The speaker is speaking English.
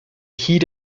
heat